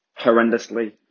horrendously